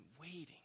waiting